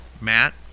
Matt